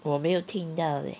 我没有听到 eh